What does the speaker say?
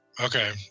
Okay